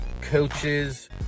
coaches